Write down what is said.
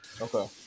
Okay